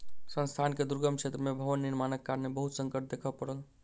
संस्थान के दुर्गम क्षेत्र में भवन निर्माणक कारणेँ बहुत संकट देखअ पड़ल